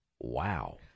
wow